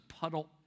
puddle